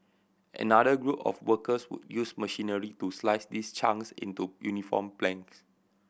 another group of workers would use machinery to slice these chunks into uniform planks